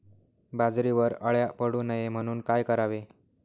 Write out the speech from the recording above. बाजरीवर अळ्या पडू नये म्हणून काय करावे?